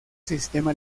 sistema